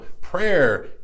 prayer